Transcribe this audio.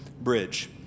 bridge